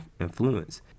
influence